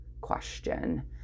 question